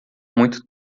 muito